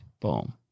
boom